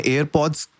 AirPods